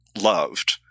loved